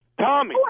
Tommy